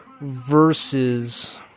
Versus